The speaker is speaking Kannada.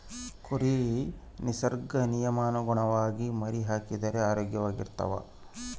ಕುರಿ ನಿಸರ್ಗ ನಿಯಮಕ್ಕನುಗುಣವಾಗಿ ಮರಿಹಾಕಿದರೆ ಆರೋಗ್ಯವಾಗಿರ್ತವೆ